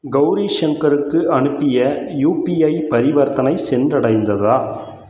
கௌரி ஷங்கருக்கு அனுப்பிய யுபிஐ பரிவர்த்தனை சென்றடைந்ததா